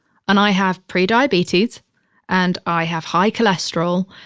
and i have pre-diabetes and i have high cholesterol,